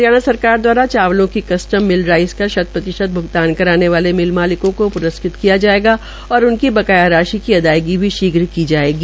हरियाणा सरकार दवारा चावलों की कस्टम मिल राइस का शत प्रतिशत भुगतान कराने वाले मिल मालिकों को प्रस्कृत किय जायेगा और उनकी बकाया राशि की अदायगी भी शीध की जायेगी